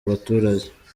abaturage